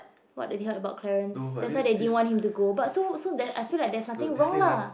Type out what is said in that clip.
what did they heard about Clarence that's why they didn't want him to go but so so that I feel like there's nothing wrong lah